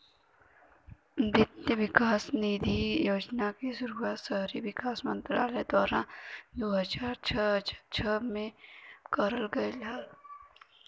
वित्त विकास निधि योजना क शुरुआत शहरी विकास मंत्रालय द्वारा दू हज़ार छह में करल गयल रहल